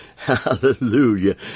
Hallelujah